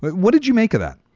but what did you make of that?